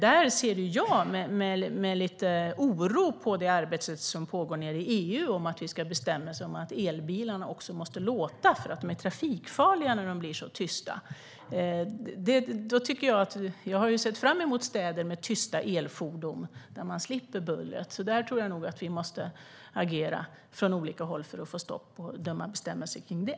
Där ser jag med lite oro på det arbete som pågår i EU som handlar om att vi ska ha bestämmelser om att elbilarna måste låta för att de är trafikfarliga när de blir så tysta. Jag har sett fram emot städer med tysta elfordon, där man slipper bullret. Jag tror att vi måste agera från olika håll för att få stopp på dumma bestämmelser kring det.